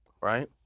right